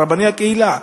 רבני הקהילה,